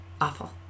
awful